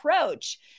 approach